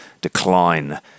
decline